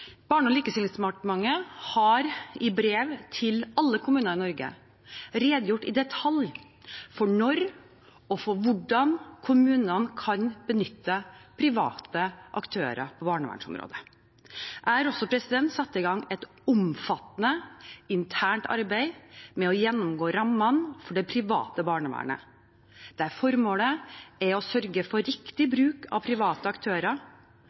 Barne- og likestillingsdepartementet har i brev til alle kommuner i Norge redegjort i detalj for når og for hvordan kommunene kan benytte private aktører på barnevernsområdet. Jeg har også satt i gang et omfattende internt arbeid med å gjennomgå rammene for det private barnevernet, der formålet er å sørge for riktig bruk av private aktører,